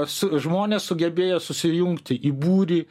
su žmonės sugebėjo susijungti į būrį